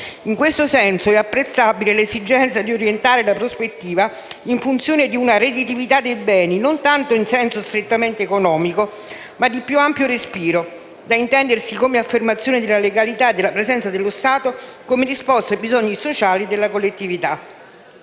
In questo senso, è apprezzabile l'esigenza di orientare la prospettiva in funzione di una «redditività» dei beni, non tanto in senso strettamente economico, ma di più ampio respiro, da intendersi come affermazione della legalità e della presenza dello Stato come risposta ai bisogni sociali della collettività.